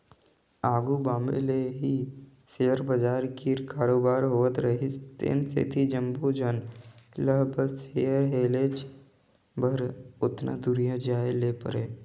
आघु बॉम्बे ले ही सेयर बजार कीर कारोबार होत रिहिस तेन सेती जम्मोच झन ल बस सेयर लेहेच बर ओतना दुरिहां जाए ले परे